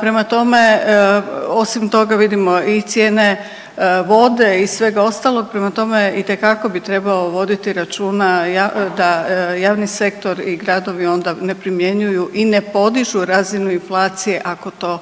Prema tome, osim toga vidimo i cijene vode i svega ostaloga, prema tome itekako bi trebao voditi računa da javni sektor i gradovi onda ne primjenjuju i ne podižu razinu inflacije ako to